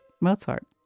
Mozart